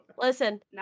Listen